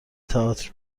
تئاتر